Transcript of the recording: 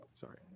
sorry